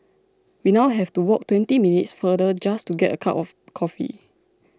we now have to walk twenty minutes farther just to get a cup of coffee